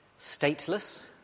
stateless